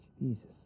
Jesus